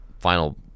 final